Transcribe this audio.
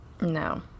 no